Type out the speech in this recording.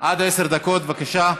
עד עשר דקות, בבקשה.